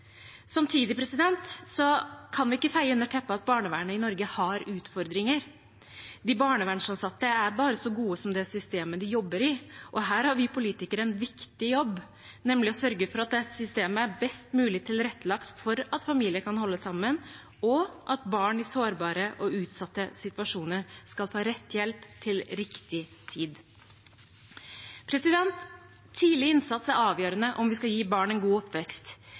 Samtidig kan vi ikke feie under teppet at barnevernet i Norge har utfordringer. De barnevernsansatte er bare så gode som det systemet de jobber i. Her har vi politikere en viktig jobb, nemlig å sørge for at systemet er best mulig tilrettelagt for at familier kan holde sammen, og at barn i sårbare og utsatte situasjoner skal få rett hjelp til riktig tid. Tidlig innsats er avgjørende om vi skal gi barn en god